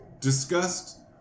discussed